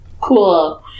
Cool